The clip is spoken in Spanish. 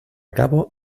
cabo